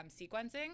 sequencing